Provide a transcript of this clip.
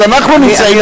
אז אנחנו נמצאים היום,